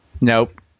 Nope